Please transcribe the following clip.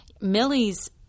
Millie's